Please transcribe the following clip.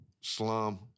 slum